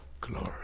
glory